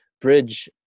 bridge